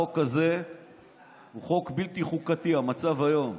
החוק הזה הוא חוק בלתי חוקתי במצב היום.